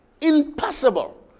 Impossible